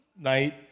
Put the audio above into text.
night